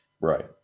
Right